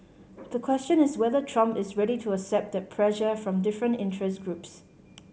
the question is whether Trump is ready to accept that pressure from different interest groups